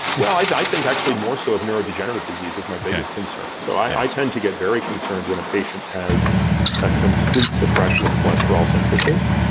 well, i i think actually more so of neurodegenerative disease okay my biggest concern. so i tend to get very concerned when a patient has a complete suppression of cholesterol synthesis,